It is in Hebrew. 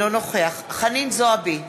אינו נוכח חנין זועבי,